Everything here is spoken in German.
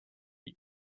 die